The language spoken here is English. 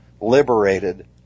liberated